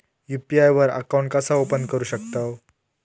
UPI वर account कसा open करू शकतव?